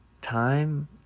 Time